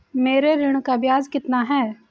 मेरे ऋण का ब्याज कितना है?